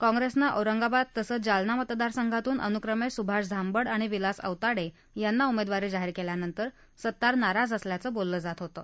काँप्रेसनं औरंगाबाद तसंच जालना मतदार संघातून अनुक्रमे सुभाष झांबड आणि विलास औताडे यांना उमेदवारी जाहीर केल्यानंतर सत्तार नाराज असल्याचं बोललं जात होतं